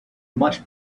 much